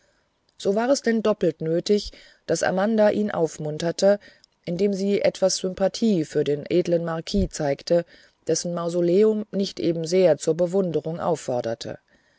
so war es denn doppelt nötig daß amanda ihn aufmunterte indem sie etwas sympathie für den edlen marquis zeigte dessen mausoleum nicht eben sehr zur bewunderung aufforderte